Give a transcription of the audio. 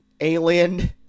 Alien